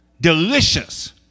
delicious